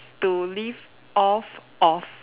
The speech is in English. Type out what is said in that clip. to live of off